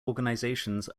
organisations